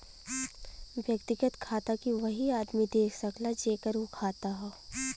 व्यक्तिगत खाता के वही आदमी देख सकला जेकर उ खाता हौ